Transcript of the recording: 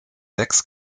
sechs